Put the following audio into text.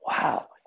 wow